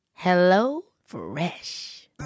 HelloFresh